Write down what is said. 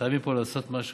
חייבים לעשות פה משהו,